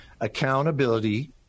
accountability